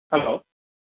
hello